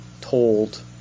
told